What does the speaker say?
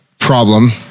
problem